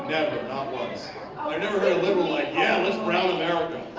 not once i've never heard a liberal like yeah let's brown america